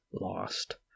lost